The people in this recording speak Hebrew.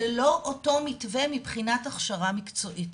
זה לא אותו מתווה מבחינת הכשרה מקצועית,